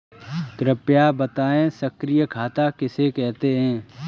कृपया बताएँ सक्रिय खाता किसे कहते हैं?